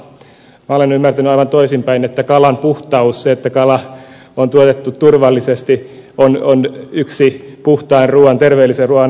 minä olen ymmärtänyt aivan toisinpäin että kalan puhtaus se että kala on tuotettu turvallisesti on yksi puhtaan terveellisen ruuan edellytyksiä